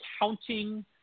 counting